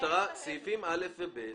סעיפים (א) ו-(ב)